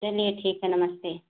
चलिए ठीक है नमस्ते